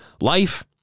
life